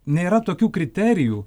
nėra tokių kriterijų